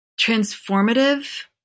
transformative